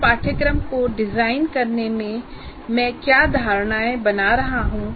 इस पाठ्यक्रम को डिजाइन करने में मैं क्या धारणाएँ बना रहा हूँ